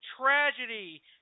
Tragedy